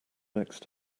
next